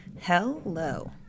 Hello